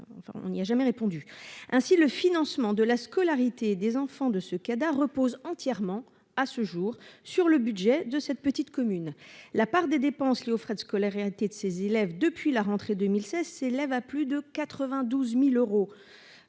restée sans réponse. À ce jour, le financement de la scolarité des enfants de ce Cada repose donc entièrement sur le budget de cette petite commune. La part des dépenses liées aux frais de scolarité de ces élèves depuis la rentrée de 2016 s'élève à plus de 92 000 euros,